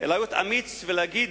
אמיץ ולהגיד: